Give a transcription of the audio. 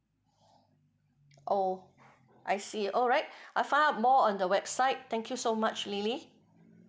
orh I see alright I'll find out more on the website thank you so much Lilly